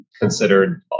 considered